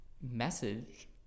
message